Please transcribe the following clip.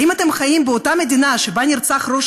האם אתם חיים באותה מדינה שבה נרצח ראש